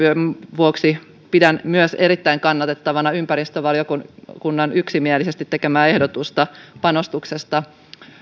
vuoksi pidän myös erittäin kannatettavana ympäristövaliokunnan yksimielisesti tekemää ehdotusta panostuksesta